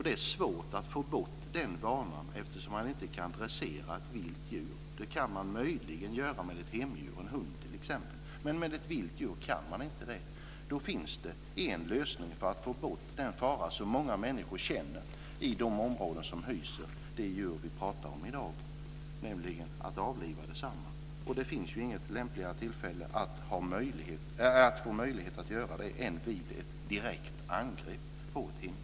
Det är svårt att få bort den vanan eftersom man inte kan dressera ett vilt djur. Det kan man möjligen göra med ett hemdjur, t.ex. en hund, men med ett vilt djur kan man inte göra det. För att få bort den fara som många människor upplever i de områden som hyser de djur som vi talar om i dag finns det en lösning, nämligen att avliva desamma. Och det finns ju inget lämpligare tillfälle att få göra det än vid ett direkt angrepp på ett hemdjur.